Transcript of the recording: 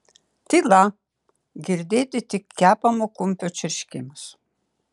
tyla girdėti tik kepamo kumpio čirškimas